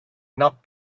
not